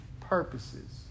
purposes